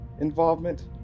involvement